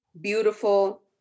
beautiful